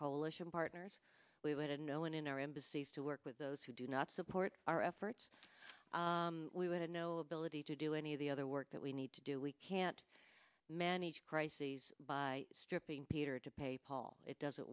coalition partners we would have no one in our embassies to work with those who do not support our efforts we would have no ability to do any of the other work that we need to do we can't manage crises by stripping peter to pay paul it doesn't